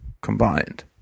combined